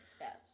Yes